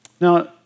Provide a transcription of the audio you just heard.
Now